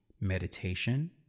meditation